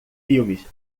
filmes